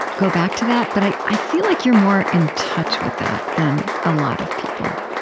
go back to that. but i i feel like you're more in touch with that than a lot of people